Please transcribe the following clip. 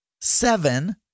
seven